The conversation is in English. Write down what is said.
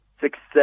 success